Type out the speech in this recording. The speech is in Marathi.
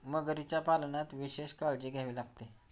मगरीच्या पालनात विशेष काळजी घ्यावी लागते